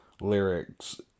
lyrics